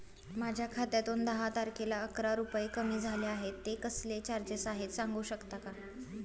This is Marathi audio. माझ्या खात्यातून दहा तारखेला अकरा रुपये कमी झाले आहेत ते कसले चार्जेस आहेत सांगू शकता का?